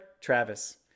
Travis